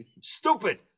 stupid